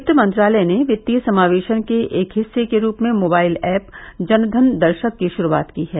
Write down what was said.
वित्त मंत्रालय ने वित्तीय समावेशन के एक हिस्से के रूप में मोबाइल एप जन धन दर्शक की शुरूआत की है